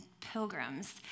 pilgrims